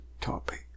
topic